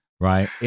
Right